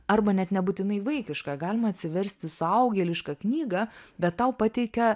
arba net nebūtinai vaikišką galima atsiversti suaugėlišką knygą bet tau pateikia